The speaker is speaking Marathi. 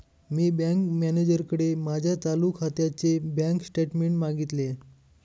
मी बँक मॅनेजरकडे माझ्या चालू खात्याचे बँक स्टेटमेंट्स मागितले